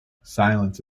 silence